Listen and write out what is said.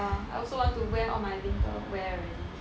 I also want to wear all my winter wear already